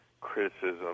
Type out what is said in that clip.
criticism